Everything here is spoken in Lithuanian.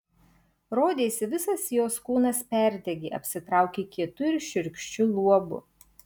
rodėsi visas jos kūnas perdegė apsitraukė kietu ir šiurkščiu luobu